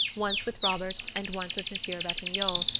once with robert, and once with monsieur ratignolle,